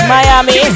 Miami